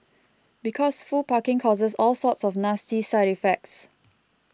because full parking causes all sorts of nasty side effects